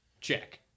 Check